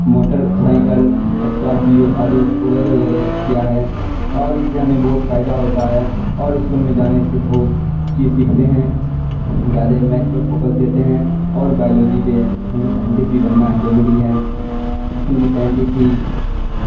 motor cycle Scorpio آدیو وغیرہ وغیرہ کیا ہے اور اس سے ہمیں بہت فائدہ ہوتا ہے اور اسکول میں جانے سے بہت چیز سیکھتے ہیں زیادہ میتھ پر فوکس دیتے ہیں اور بائیولوجی پہ ہمیں سائنٹسٹ بھی بننا ہے ضروری ہے کیونکہ سائنٹسٹ ہی